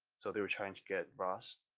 so they were trying to get ross,